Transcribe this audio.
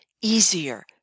easier